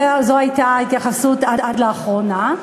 זו הייתה ההתייחסות עד לאחרונה.